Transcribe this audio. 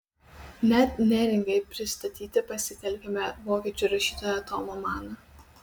net neringai pristatyti pasitelkiame vokiečių rašytoją tomą maną